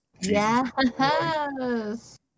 Yes